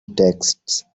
texts